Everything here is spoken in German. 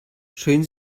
schön